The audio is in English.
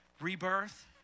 rebirth